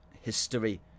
history